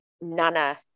nana